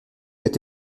est